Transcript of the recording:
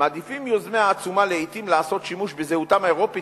מעדיפים יוזמי העצומה לעתים לעשות שימוש בזהותם האירופית